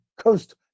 Coast